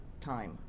time